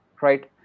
right